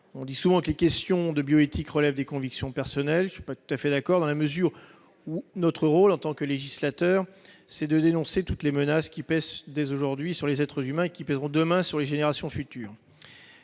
On dit souvent que les questions de bioéthique relèvent des convictions personnelles. Je ne suis pas tout à fait d'accord, dans la mesure où notre rôle, en tant que législateur, est de dénoncer toutes les menaces qui pèsent dès aujourd'hui sur les êtres humains et qui pèseront demain sur les générations futures.